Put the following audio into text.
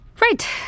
Right